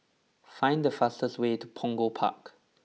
find the fastest way to Punggol Park